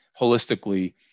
holistically